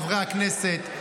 חברי הכנסת,